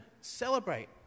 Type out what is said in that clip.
celebrate